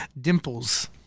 Dimples